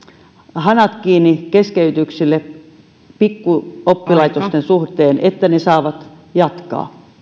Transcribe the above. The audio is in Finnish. hanat kiinni keskeytyksille pikkuoppilaitosten suhteen että ne saavat jatkaa